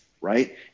right